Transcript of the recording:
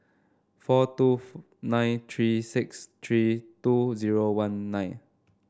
four two nine three six three two zero one nine